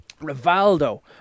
Rivaldo